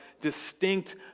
distinct